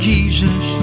Jesus